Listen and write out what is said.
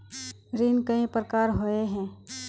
ऋण कई प्रकार होए है?